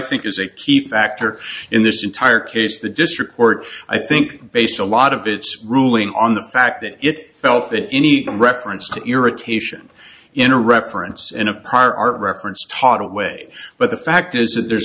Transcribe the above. think is a key factor in this entire case the district court i think based a lot of its ruling on the fact that it felt that any reference to irritation in a reference and of part reference taught away but the fact is that there's